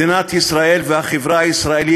מדינת ישראל והחברה הישראלית,